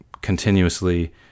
continuously